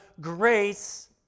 grace